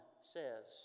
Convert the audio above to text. says